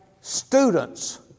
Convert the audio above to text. students